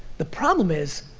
the problem is,